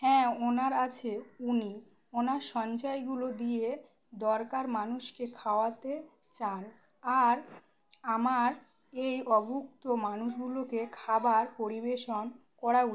হ্যাঁ ওনার আছে উনি ওনার সঞ্চয়গুলো দিয়ে দরগার মানুষকে খাওয়াতে চান আর আমার এই অভুক্ত মানুষগুলোকে খাবার পরিবেশন করা উচিত